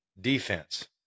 defense